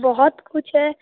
बहुत कुछ है